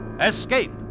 Escape